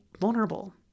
vulnerable